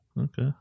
Okay